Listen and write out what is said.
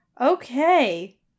Okay